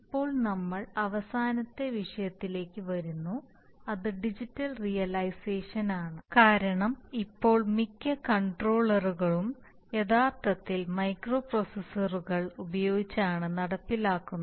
ഇപ്പോൾ നമ്മൾ അവസാനത്തെ വിഷയത്തിലേക്ക് വരുന്നു അത് ഡിജിറ്റൽ റിയലൈസേഷൻ ആണ് കാരണം ഇപ്പോൾ മിക്ക കൺട്രോളറുകളും യഥാർത്ഥത്തിൽ മൈക്രോപ്രൊസസ്സറുകൾ ഉപയോഗിച്ചാണ് നടപ്പിലാക്കുന്നത്